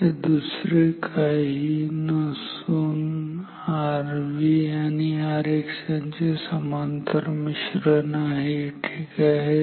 हे दुसरे काही नसून Rx आणि Rv चे समांतर मिश्रण आहे ठीक आहे